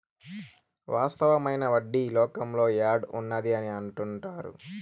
వాస్తవమైన వడ్డీ లోకంలో యాడ్ ఉన్నది అని అంటుంటారు